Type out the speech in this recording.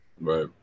Right